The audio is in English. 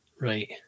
Right